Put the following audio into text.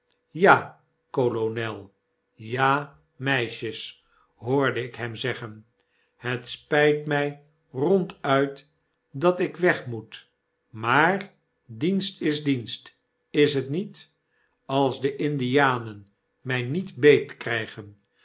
ja kolonel ja meisjes hoorde ik hem zeggen het spijt mij ronduit dat ik weg moet maar dienst is dienst is tniet als de indianen mij niet